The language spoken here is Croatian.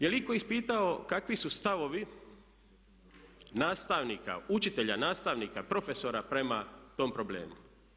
Je li itko ispitao kakvi su stavovi nastavnika, učitelja, nastavnika, profesora prema tom problemu?